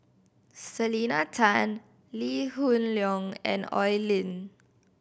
Selena Tan Lee Hoon Leong and Oi Lin